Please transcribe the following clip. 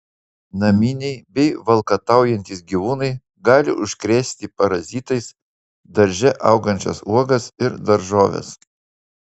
naminiai bei valkataujantys gyvūnai gali užkrėsti parazitais darže augančias uogas ir daržoves